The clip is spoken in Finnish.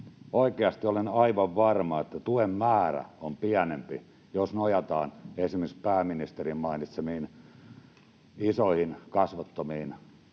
oikeasti olen aivan varma, että tuen määrä on pienempi, jos nojataan esimerkiksi pääministerin mainitsemiin isoihin kasvottomiin